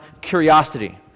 curiosity